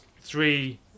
three